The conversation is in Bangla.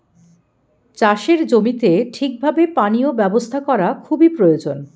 চাষের জমিতে ঠিক ভাবে পানীয় ব্যবস্থা করা খুবই প্রয়োজন